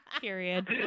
Period